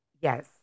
Yes